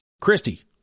Christy